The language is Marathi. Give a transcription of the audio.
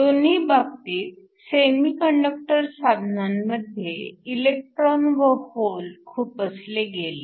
दोन्ही बाबतीत सेमीकंडक्टर साधनामध्ये इलेक्ट्रॉन व होल खुपसले गेले